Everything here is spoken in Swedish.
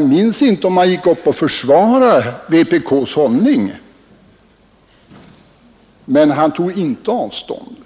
Jag minns inte om han gick upp och försvarade vpk:s hållning, men han tog inte avstånd,